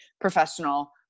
professional